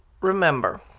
remember